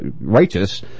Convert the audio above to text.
righteous